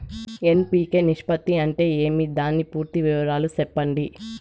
NPK నిష్పత్తి అంటే ఏమి దాని పూర్తి వివరాలు సెప్పండి?